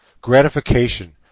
gratification